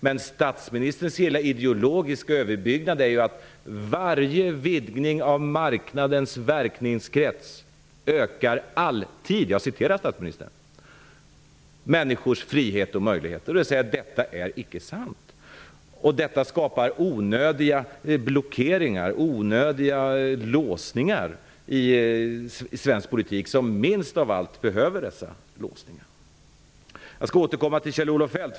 Men statsministerns hela ideologiska överbyggnad går ju ut på att varje vidgning av marknadens verkningskrets alltid ökar människors frihet och möjligheter. Jag citerar statsministern! Jag säger att det icke är sant. Det skapar onödiga blockeringar och onödiga låsningar i svensk politik, som minst av allt behöver dessa låsningar. Jag återkommer till Kjell-Olof Feldt.